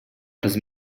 арыз